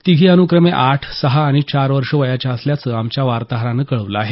तिघी अनुक्रमे आठ सहा आणि चार वर्ष वयाच्या असल्याचं आमच्या वार्ताहरानं कळवलं आहे